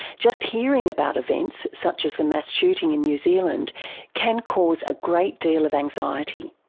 just hearing about events such as the mass shooting in new zealand can cause a great deal of anxiety.